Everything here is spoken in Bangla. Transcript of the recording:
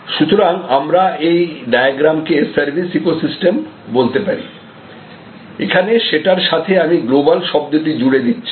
সুতরাং আমরা এই ডায়াগ্রাম কে সার্ভিস ইকোসিস্টেম বলতে পারি এখানে সেটার সাথে আমি গ্লোবাল শব্দটি জুড়ে দিচ্ছি